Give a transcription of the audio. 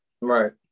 Right